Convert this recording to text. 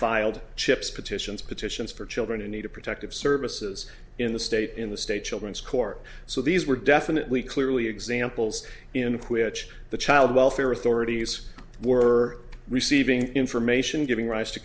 filed chip's petitions petitions for children in need of protective services in the state in the state children's court so these were definitely clearly examples in a quick the child welfare authorities were receiving information